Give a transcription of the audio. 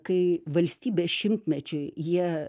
kai valstybės šimtmečiui jie